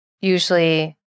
usually